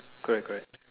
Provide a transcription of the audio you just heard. correct correct